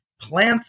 plants